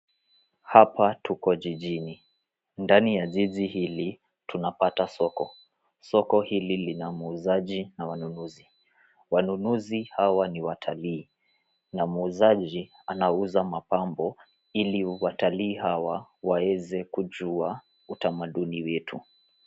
Hapa tuko jijini. Ndani ya jiji hili tunapata soko. Soko hili lina muuzaji na wanunuzi. Wanunuzi hawa ni watalii na muuzaji anauza mapambo ili watalii hawa waweze kujua utamaduni wetu.